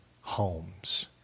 homes